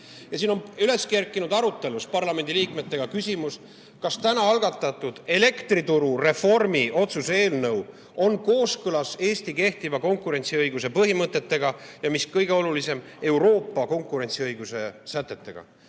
Siin on arutelus parlamendiliikmetega üles kerkinud küsimus, kas täna algatatud elektrituru reformi otsuse eelnõu on kooskõlas Eesti kehtiva konkurentsiõiguse põhimõtetega, ja mis kõige olulisem, Euroopa konkurentsiõiguse sätetega.